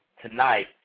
tonight